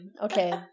Okay